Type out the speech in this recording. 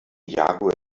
jaguar